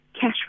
cash